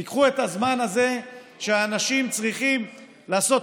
תיקחו את הזמן הזה שאנשים צריכים לעשות